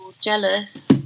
jealous